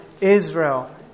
Israel